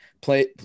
play